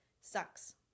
sucks